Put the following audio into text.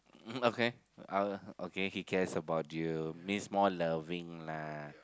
okay I will okay he cares about you means more loving lah